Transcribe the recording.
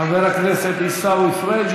חבר הכנסת עיסאווי פריג',